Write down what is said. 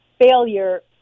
failure